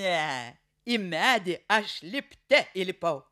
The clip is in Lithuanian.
ne į medį aš lipte įlipau